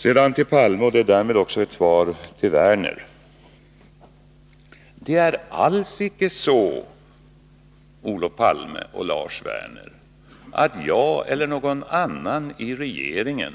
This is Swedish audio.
Sedan till Olof Palme, och det är samtidigt ett svar till Lars Werner: Det är alls icke så, Olof Palme och Lars Werner, att jag eller någon annan i regeringen